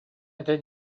этэ